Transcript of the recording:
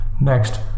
Next